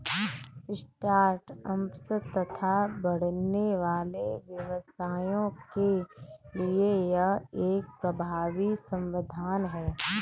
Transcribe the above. start ups तथा बढ़ने वाले व्यवसायों के लिए यह एक प्रभावी समाधान है